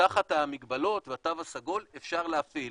תחת המגבלות והתו הסגול אפשר להפעיל.